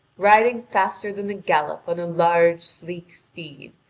tiding faster than a gallop on a large, sleek steed,